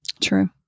True